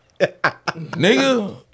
nigga